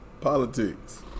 Politics